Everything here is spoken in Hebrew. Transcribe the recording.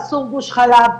אסור גוש חלב.